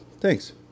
thanks